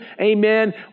Amen